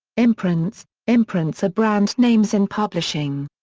imprints imprints are brand names in publishing.